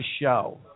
show